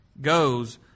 goes